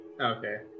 Okay